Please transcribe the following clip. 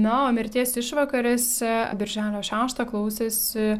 na o mirties išvakarėse birželio šeštą klausėsi